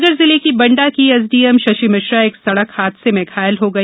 सागर जिले की बंडा की एसडीएम शशि मिश्रा एक सड़क हादसे में घायल हो गई